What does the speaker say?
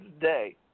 day